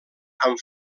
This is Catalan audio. amb